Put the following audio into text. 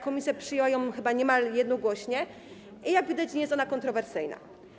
Komisja przyjęła ją chyba niemal jednogłośnie i jak widać, nie jest ona kontrowersyjna.